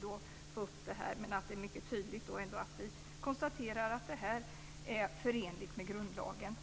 då få upp det här. Vi kan dock mycket tydligt konstatera att detta är förenligt med grundlagen.